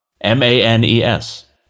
M-A-N-E-S